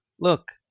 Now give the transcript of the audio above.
look